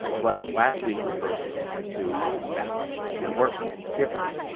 well, last week with version six point two it's back and it works differently.